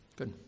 Good